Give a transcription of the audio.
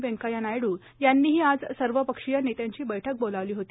व्यंकय्या नायडू यांनीही आज सर्वपक्षीय नेत्यांची बैठक बोलावली होती